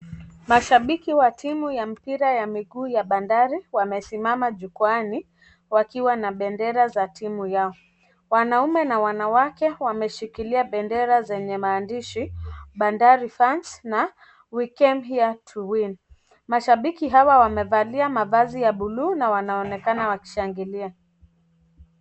Mashabiki wa timu ya mpira ya miguu ya Bandari wamesimama jukwaani wakiwa na bendera za timu yao, wanaume na wanawake wameshikilia bendera zenye maandishi Bandari fans na we came here to win mashabiki hawa wamevalia mavazi ya bluu na wanaonekana wakishangilia.